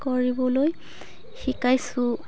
কৰিবলৈ শিকাইছোঁ